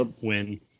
Win